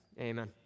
amen